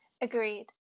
Agreed